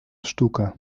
sztuka